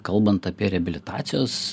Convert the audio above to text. kalbant apie reabilitacijos